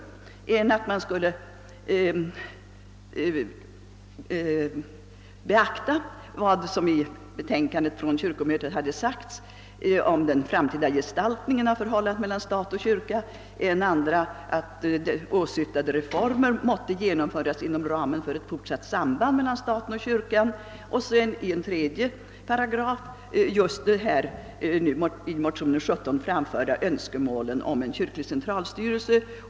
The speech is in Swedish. Den första var att det skulle beaktas vad som skrivits i kyrkomötets betänkande om den framtida gestaltningen av förhållandet mellan stat och kyrka. Den andra innebar att åsyftade reformer skulle genomföras inom ramen för ett fortsatt samband mellan staten och kyrkan. Den tredje rekommendationen var de i motionen 17 till kyrkomötet framförda önskemålen om en kyrklig centralstyrelse.